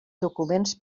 documents